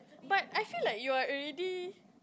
but I feel like you are already